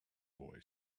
boy